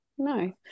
no